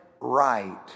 right